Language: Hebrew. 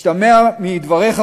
משתמע מדבריך,